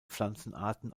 pflanzenarten